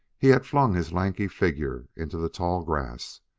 he had flung his lanky figure into the tall grass.